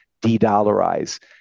de-dollarize